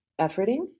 efforting